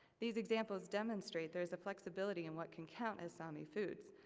these examples demonstrate there is a flexibility in what can count as sami foods.